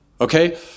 okay